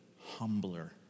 humbler